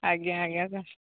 ଆଜ୍ଞା ଆଜ୍ଞା